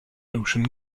ocean